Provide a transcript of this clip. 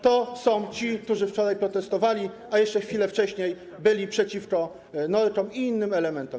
To są ci, którzy wczoraj protestowali, a jeszcze chwilę wcześniej byli przeciwko norkom i innym elementom.